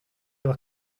doa